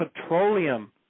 petroleum